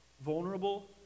vulnerable